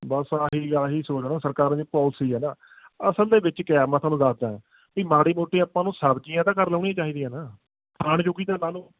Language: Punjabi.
ਬਸ ਆਹੀ ਆਹੀ ਸੋਚ ਨਾ ਸਰਕਾਰਾਂ ਦੀ ਪੋਲਸੀ ਹੈ ਨਾ ਅਸਲ ਦੇ ਵਿੱਚ ਕਿਆ ਮੈਂ ਤੁਹਾਨੂੰ ਦੱਸਦਾ ਕਿ ਮਾੜੀ ਮੋਟੀ ਆਪਾਂ ਨੂੰ ਸਬਜ਼ੀਆਂ ਤਾਂ ਲਾਉਣੀਆਂ ਚਾਹੀਦੀਆਂ ਨਾ ਖਾਣ ਜੋਗੀ ਤਾਂ ਲਾ ਲਓ